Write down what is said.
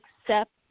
accept